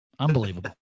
unbelievable